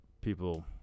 people